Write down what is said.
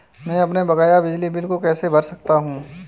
मैं अपने बकाया बिजली बिल को कैसे भर सकता हूँ?